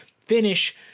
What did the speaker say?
Finish